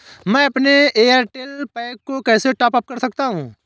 मैं अपने Airtel pack को कैसे टॉप अप कर सकता हूँ?